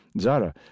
Zara